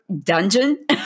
dungeon